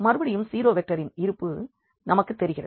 மறுபடியும் 0 வெக்டரின் இருப்பு நமக்கு தெரிகிறது